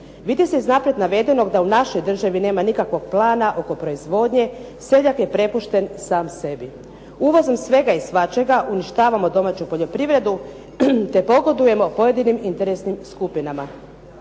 Vidi se iz naprijed navedenog da u našoj državi nema nikakvog plana oko proizvodnje, seljak je prepušten sam sebi. Uvozom svega i svačega uništavamo domaću poljoprivredu te pogodujemo pojedinim interesnim skupinama.